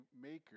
maker